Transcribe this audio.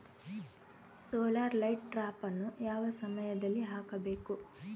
Solar light ಟ್ರಾಪನ್ನು ಯಾವ ಸಮಯದಲ್ಲಿ ಹಾಕಬೇಕು?